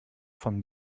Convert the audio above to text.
vom